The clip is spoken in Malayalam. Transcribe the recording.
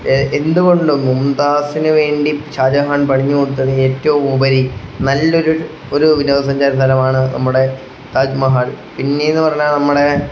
എന്തുകൊണ്ടും മുംതാസിന് വേണ്ടി ഷാജഹാൻ പണിഞ്ഞു കൊടുത്തത് ഏറ്റവും ഉപരി നല്ലൊരു ഒരു വിനോദസഞ്ചാര സ്ഥലമാണ് നമ്മുടെ താജ്മഹാൽ പിന്നേന്ന് പറഞ്ഞാൽ നമ്മുടെ